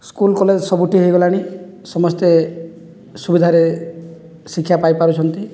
school college ସବୁଠି ହୋଇଗଲାଣି ସମସ୍ତେ ସୁବିଧାରେ ଶିକ୍ଷା ପାଇପାରୁଛନ୍ତି